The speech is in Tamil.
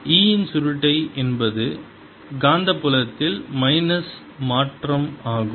E இன் சுருட்டை என்பது காந்தப்புலத்தில் மைனஸ் மாற்றம் ஆகும்